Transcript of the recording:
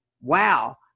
wow